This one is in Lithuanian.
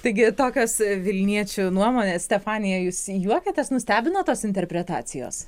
taigi tokios vilniečių nuomonės stefanija jūs juokiatės nustebino tos interpretacijos